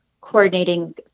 coordinating